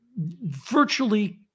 virtually